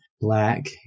black